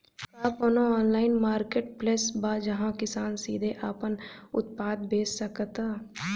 का कोनो online marketplace बा जहां किसान सीधे अपन उत्पाद बेच सकता?